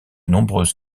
nombreuses